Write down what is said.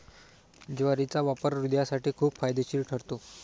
ज्वारीचा वापर हृदयासाठी खूप फायदेशीर ठरतो